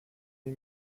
les